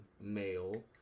male